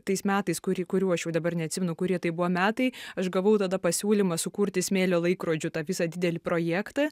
tais metais kurį kurių aš jau dabar neatsimenu kurie tai buvo metai aš gavau tada pasiūlymą sukurti smėlio laikrodžio tą visą didelį projektą